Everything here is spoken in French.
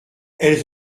elles